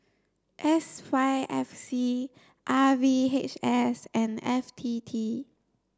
S Y F C R V H S and F T T